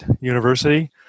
University